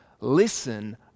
Listen